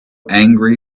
angry